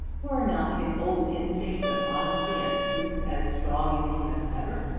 were not his old instincts of honesty and truth as strong in him as ever?